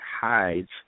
hides